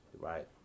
Right